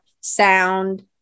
sound